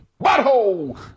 butthole